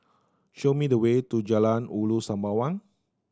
show me the way to Jalan Ulu Sembawang